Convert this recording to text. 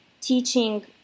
teaching